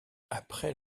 après